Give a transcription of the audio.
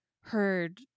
heard